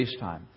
FaceTime